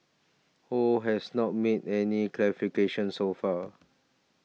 Ho has not made any clarifications so far